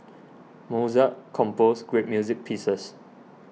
Mozart composed great music pieces